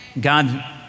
God